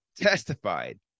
testified